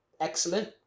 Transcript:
excellent